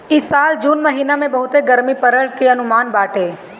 इ साल जून महिना में बहुते गरमी पड़ला के अनुमान बाटे